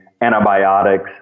antibiotics